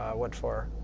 what for?